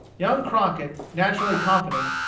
young crockett, naturally confident,